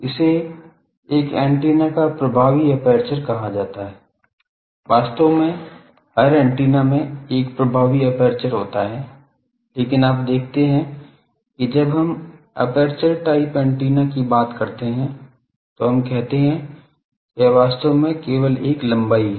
इसे एक एंटीना का प्रभावी एपर्चर कहा जाता है वास्तव में हर एंटीना में एक प्रभावी एपर्चर होता है लेकिन आप देखते हैं कि जब हम एपर्चर टाइप एंटीना की बात करते हैं तो हम कहते हैं कि यह वास्तव में केवल एक लंबाई है